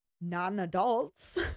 non-adults